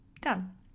Done